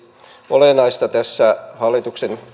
olennaista tässä hallituksen